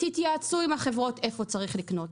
תתייעצו עם החברות איפה צריך לקנות.